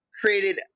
created